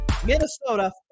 Minnesota